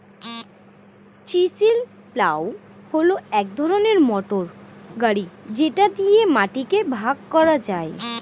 chisel plough হল এক ধরনের মোটর গাড়ি যেটা দিয়ে মাটিকে ভাগ করা যায়